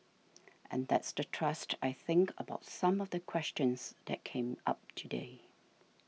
and that's the thrust I think about some of the questions that came up today